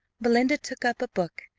belinda took up a book,